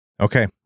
Okay